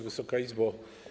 Wysoka Izbo!